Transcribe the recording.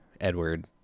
Edward